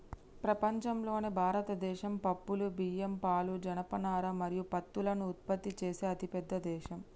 ప్రపంచంలోనే భారతదేశం పప్పులు, బియ్యం, పాలు, జనపనార మరియు పత్తులను ఉత్పత్తి చేసే అతిపెద్ద దేశం